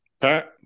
Pat